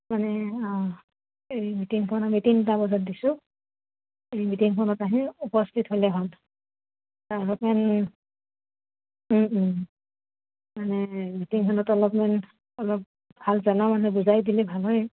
মানে এই মিটিংখন আমি তিনিটা বজাত দিছোঁ এই মিটিংখনত আহি উপস্থিত হ'লে হ'ল তাৰ অলপমান মানে মিটিংখনত অলপমান অলপ ভাল বুজাই দিলে ভাল হয়